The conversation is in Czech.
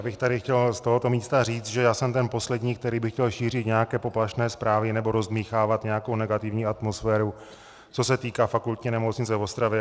Já bych tady chtěl z tohoto místa říct, že já jsem ten poslední, který by chtěl šířit nějaké poplašné zprávy nebo rozdmýchávat nějakou negativní atmosféru, co se týká Fakultní nemocnice v Ostravě.